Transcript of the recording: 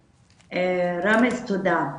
ראמז, תודה.